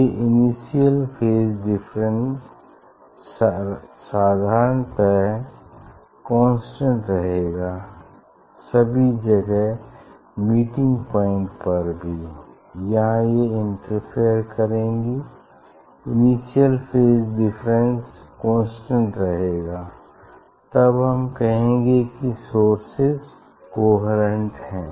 ये initial phase difference साधारणतः constant रहेगा सभी जगह मीटिंग पॉइंट पर भी जहाँ ये इंटरफेरे करेंगी इनिशियल फेज डिफरेंस कांस्टेंट रहेगा तब हम कहेंगे की सोर्सेज कोहेरेंट हैं